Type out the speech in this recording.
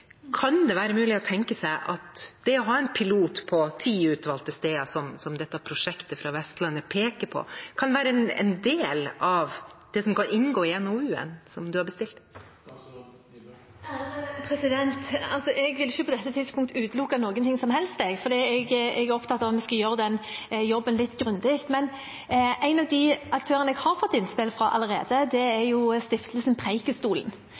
Kan det være mulig å tenke seg at det å ha en pilot på ti utvalgte steder, som dette prosjektet fra Vestlandet peker på, kan være en del av det som skal inngå i NOU-en statsråden har bestilt? Jeg vil ikke på dette tidspunktet utelukke noe som helst. Jeg er opptatt av at man skal gjøre den jobben litt grundig. En av de aktørene jeg har fått innspill fra allerede, er Stiftelsen Preikestolen.